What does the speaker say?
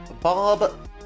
Bob